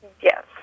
Yes